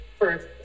first